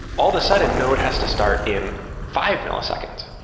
all the sudden, node has to start in five milliseconds,